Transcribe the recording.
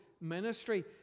ministry